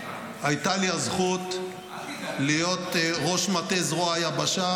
הייתה לי הזכות להיות ראש מטה זרוע היבשה